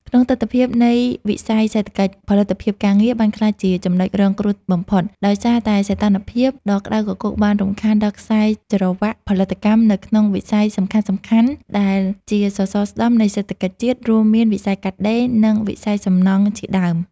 ក្នុងទិដ្ឋភាពនៃវិស័យសេដ្ឋកិច្ច ផលិតភាពការងារបានក្លាយជាចំណុចរងគ្រោះបំផុត ដោយសារតែសីតុណ្ហភាពដ៏ក្ដៅគគុកបានរំខានដល់ខ្សែច្រវាក់ផលិតកម្មនៅក្នុងវិស័យសំខាន់ៗដែលជាសសរស្តម្ភនៃសេដ្ឋកិច្ចជាតិ រួមមានវិស័យកាត់ដេរ និងវិស័យសំណង់ជាដើម។